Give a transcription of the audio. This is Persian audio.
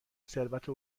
ثروت